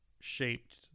shaped